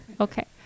okay